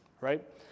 right